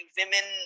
women